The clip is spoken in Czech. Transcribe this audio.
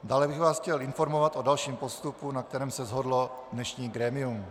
Dále bych vás chtěl informovat o dalším postupu, na kterém se shodlo dnešní grémium.